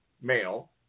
male